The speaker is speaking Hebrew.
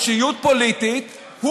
אישיות פוליטית,